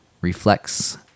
reflex